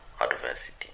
adversity